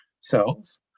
cells